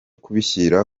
kubishyira